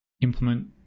implement